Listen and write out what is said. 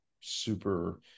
super